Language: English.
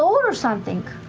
so or something.